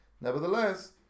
Nevertheless